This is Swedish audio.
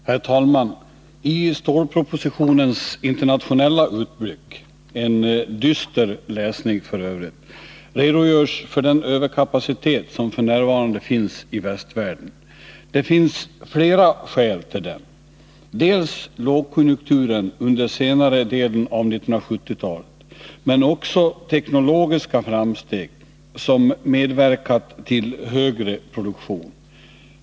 Herr talman! I stålpropositionens internationella utblick — f. ö. en dyster läsning — redogörs för den överkapacitet som f. n. föreligger i västvärlden. Det finns flera skäl till den, t.ex. lågkonjunkturen under senare delen av 1970-talet, men också teknologiska framsteg som medverkat till högre produktion.